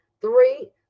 Three